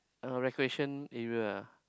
uh recreation area ah